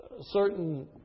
certain